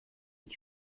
est